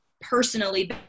personally